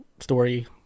story